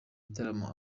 igitaramo